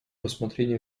рассмотрение